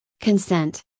consent